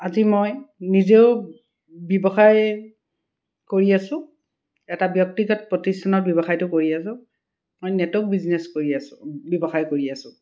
আজি মই নিজেও ব্যৱসায় কৰি আছো এটা ব্যক্তিগত প্ৰতিষ্ঠানত ব্যৱসায়টো কৰি আছো মই নেটৱৰ্ক বিজনেছ কৰি আছো ব্যৱসায় কৰি আছো